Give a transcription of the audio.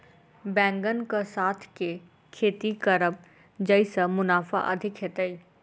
बैंगन कऽ साथ केँ खेती करब जयसँ मुनाफा अधिक हेतइ?